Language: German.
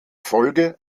folge